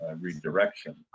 redirection